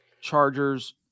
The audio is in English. Chargers